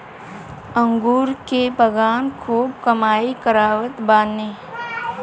अंगूर के बगान खूब कमाई करावत बाने